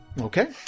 okay